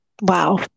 Wow